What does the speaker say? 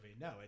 No